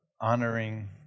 honoring